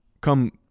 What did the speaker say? come